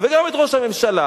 וגם את ראש הממשלה,